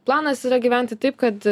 planas yra gyventi taip kad